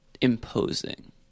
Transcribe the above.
imposing